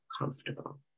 comfortable